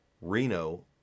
reno